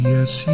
Yes